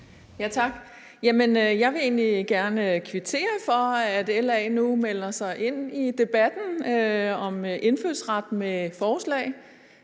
egentlig gerne kvittere for, at LA nu melder sig ind i debatten om indfødsret med et forslag.